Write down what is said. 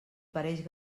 pareix